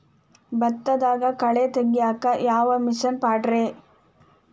ಭತ್ತದಾಗ ಕಳೆ ತೆಗಿಯಾಕ ಯಾವ ಮಿಷನ್ ಪಾಡ್ರೇ?